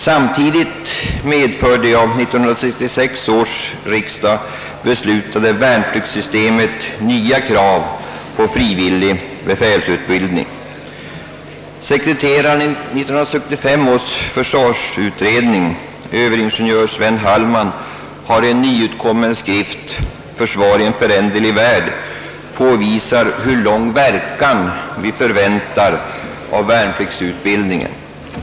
Samtidigt medför det av 1966 års riksdag beslutade värnpliktssystemet nya krav på frivillig befälsutbildning. Sekreteraren i 1965 års försvarsutredning, överingenjör Sven Hellman, har i en nyutkommen skrift, »Försvar i en föränderlig värld», påvisat hur lång verkan vi förväntar av värnpliktsutbildningen.